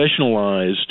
professionalized